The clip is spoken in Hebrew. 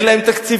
אין להם תקציבים.